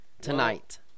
tonight